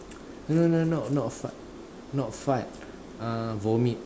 no no no not fart not fart uh vomit